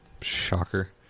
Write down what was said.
Shocker